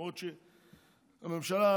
למרות שהממשלה אמרה,